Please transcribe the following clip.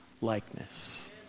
likeness